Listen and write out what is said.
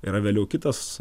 yra vėliau kitas